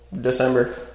December